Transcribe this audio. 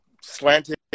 slanted